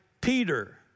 Peter